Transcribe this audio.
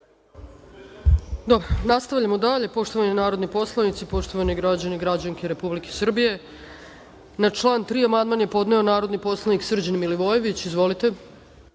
Nastavljamo dalje, poštovani narodni poslanici, poštovani građani i građanke Republike Srbije. Na član 3. amandman je podneo narodni poslanik Srđan Milivojević. Izvolite.